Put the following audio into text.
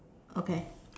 okay